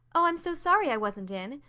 oh, i'm so sorry i wasn't in.